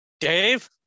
dave